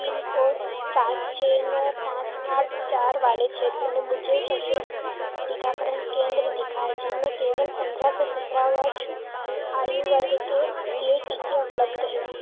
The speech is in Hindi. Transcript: पिन कोड सात छः नौ पाँच आठ चार वाले क्षेत्र में मुझे सशुल्क टीकाकरण केंद्र दिखाएँ जिनमें केवल पंद्रह से सत्रह वर्ष आयु वर्ग के लिए टीके उपलब्ध हैं